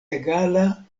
egala